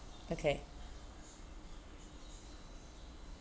okay